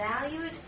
valued